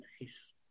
Nice